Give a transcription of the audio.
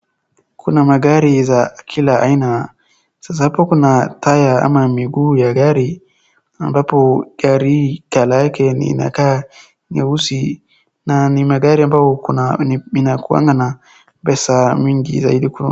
Kuna magari za kila aina, sasa hapa kuna tyre ama miguu ya gari ambayo gari colour yake inakaa nyeusi, na ni magari ambayo kuna, inakuanga na pesa mingi zaidi kwa.